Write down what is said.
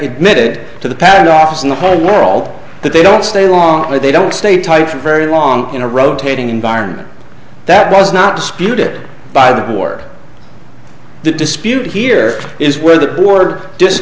admitted to the patent office in the whole world that they don't stay long they don't stay tight for very long in a rotating environment that was not disputed by the war the dispute here is where the border dis